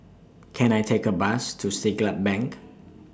Can I Take A Bus to Siglap Bank